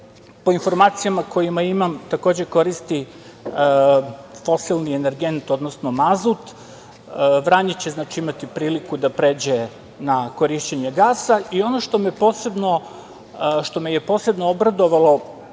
po informacijama koje imam, takođe koristi fosilni energent, odnosno mazut. Vranje će, znači, imati priliku da pređe na korišćenje gasa. Ono što me je posebno obradovalo,